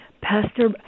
Pastor